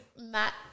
Matt